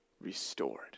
restored